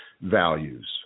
values